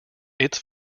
its